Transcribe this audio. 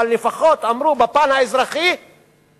אבל לפחות בפן האזרחי הם אמרו: